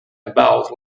about